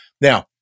Now